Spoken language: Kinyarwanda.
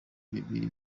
bibiri